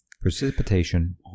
Precipitation